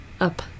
up